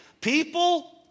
People